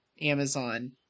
Amazon